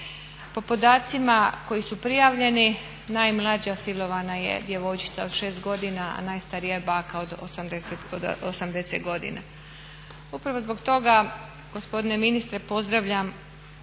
Po podacima koji su prijavljeni najmlađa silovana je djevojčica od 6 godina a najstarija je baka od 80 godina. Upravo zbog toga gospodine ministre pozdravljam